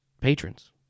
patrons